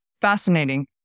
Fascinating